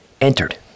entered